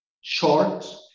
short